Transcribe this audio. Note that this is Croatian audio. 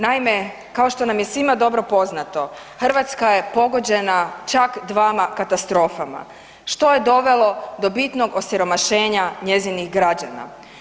Naime, kao što nam je svima dobro poznato Hrvatska je pogođena čak dvama katastrofama što je dovelo do bitnog osiromašenja njezinih građana.